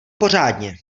pořádně